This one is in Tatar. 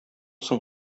соң